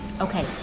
Okay